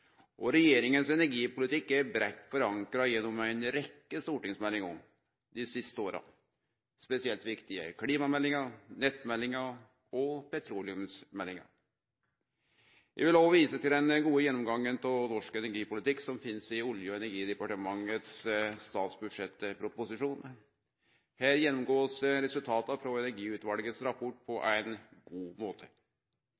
energipolitikk er breitt forankra gjennom ei rekkje stortingsmeldingar dei siste åra. Spesielt viktig er klimameldinga, nettmeldinga og petroleumsmeldinga. Eg vil òg vise til den gode gjennomgangen av norsk energipolitikk som finst i Olje- og energidepartementet sin statsbudsjettproposisjon. Her blir resultata frå Energiutvalet sin rapport gjennomgått på